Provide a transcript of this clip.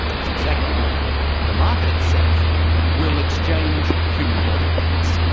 that's exactly right the market itself will exchange human body parts,